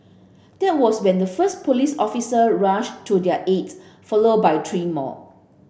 that was when the first police officer rushed to their aid followed by three more